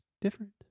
different